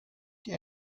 die